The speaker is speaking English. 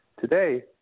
today